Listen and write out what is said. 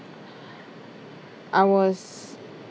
I was